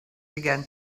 began